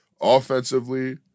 Offensively